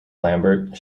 lambert